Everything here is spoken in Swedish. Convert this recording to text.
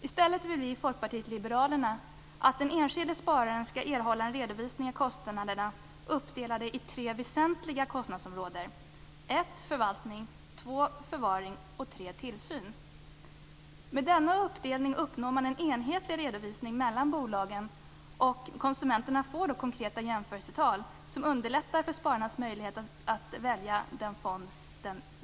I stället vill vi i Folkpartiet liberalerna att den enskilde spararen skall erhålla en redovisning av kostnaderna uppdelade i tre väsentliga kostnadsområden: förvaltning, förvaring och tillsyn. Med denna uppdelning uppnår man en enhetlig redovisning mellan bolagen, och konsumenten får konkreta jämförelsetal som underlättar spararens möjlighet att välja fond.